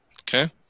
Okay